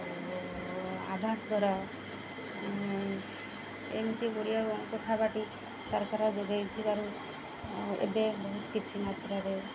ଆବାସ ଘର ଏମିତି ଗୁଡ଼ିଏ କୋଠାବାଡ଼ି ସରକାର ଯୋଗେଇ ଥିବାରୁ ଆଉ ଏବେ ବହୁତ କିଛି ମାତ୍ରାରେ